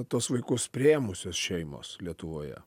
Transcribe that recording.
tuos vaikus priėmusios šeimos lietuvoje